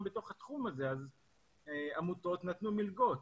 בתוך התחום הזה ולכן עמותות נתנו מלגות.